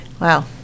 Wow